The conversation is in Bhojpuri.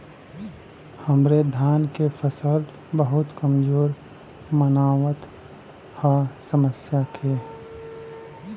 हमरे धान क फसल बहुत कमजोर मनावत ह समस्या का ह?